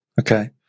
okay